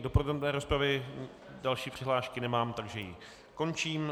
Do podrobné rozpravy další přihlášky nemám, takže ji končím.